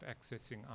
accessing